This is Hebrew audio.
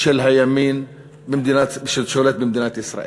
של הימין ששולט במדינת ישראל.